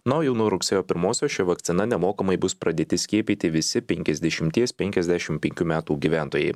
na o jau nuo rugsėjo pirmosios šia vakcina nemokamai bus pradėti skiepyti visi penkiasdešimties penkiasdešimt penkių metų gyventojai